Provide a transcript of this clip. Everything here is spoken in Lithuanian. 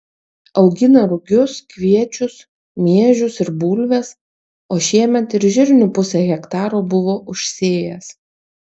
augina rugius kviečius miežius ir bulves o šiemet ir žirnių pusę hektaro buvo užsėjęs